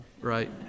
right